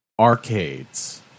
Arcades